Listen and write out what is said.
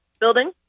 building